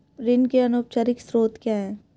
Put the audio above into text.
ऋण के अनौपचारिक स्रोत क्या हैं?